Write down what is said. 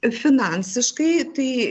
finansiškai tai